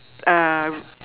a